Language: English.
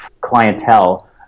clientele